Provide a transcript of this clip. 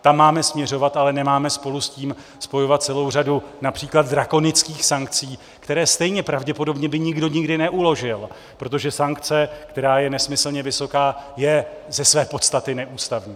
Tam máme směřovat, ale nemáme spolu s tím spojovat celou řadu např. drakonických sankcí, které stejně pravděpodobně by nikdo nikdy neuložil, protože sankce, která je nesmyslně vysoká, je ze své podstaty neústavní.